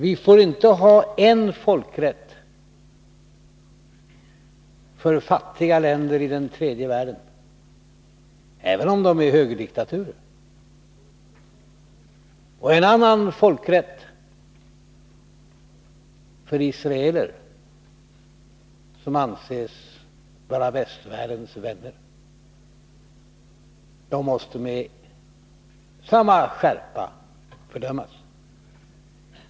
Vi får inte ha en folkrätt för fattiga länder i den tredje världen, även om de är högerdiktaturer, och en annan folkrätt för israeler som anses vara västvärldens vänner. De måste med samma skärpa fördömas.